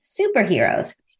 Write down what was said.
superheroes